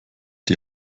die